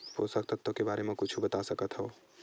पोषक तत्व के बारे मा कुछु बता सकत हवय?